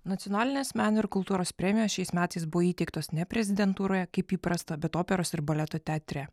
nacionalinės meno ir kultūros premijos šiais metais buvo įteiktos ne prezidentūroje kaip įprasta bet operos ir baleto teatre